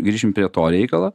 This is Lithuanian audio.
grįšim prie to reikalo